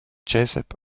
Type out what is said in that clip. jesup